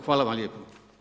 Hvala vam lijepo.